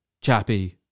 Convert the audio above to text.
chappy